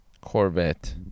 Corvette